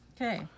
Okay